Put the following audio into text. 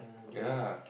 ya